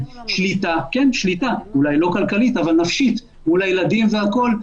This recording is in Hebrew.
שליטה אולי לא כלכלית אבל נשית מול הילדים והכול.